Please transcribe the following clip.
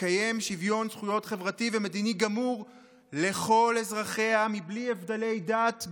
תקיים שוויון זכויות חברתי ומדיני גמור לכל אזרחיה בלי הבדלי דת,